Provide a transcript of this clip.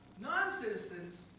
non-citizens